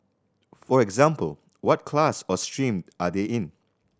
for example what class or stream are they in